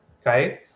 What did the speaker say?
okay